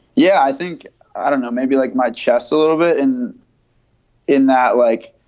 yeah, i think i don't know, maybe like my chest a little bit and in that like